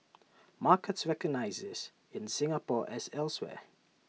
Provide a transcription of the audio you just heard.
markets recognise this in Singapore as elsewhere